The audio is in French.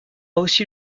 aussi